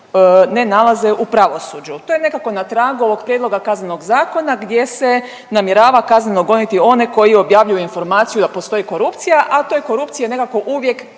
ne nalaze u pravosuđu. To je nekako na tragu ovog prijedloga Kaznenog zakona gdje se namjerava kazneno goniti one koji objavljuju informaciju da postoji korupcija, a toj korupciji je nekako uvijek